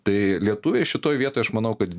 tai lietuviai šitoj vietoj aš manau kad